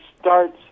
starts